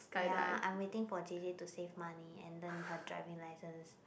ya I'm waiting for J_J to save money and learn her driving license